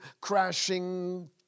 crashing